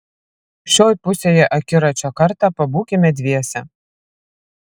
šioj pusėje akiračio kartą pabūkime dviese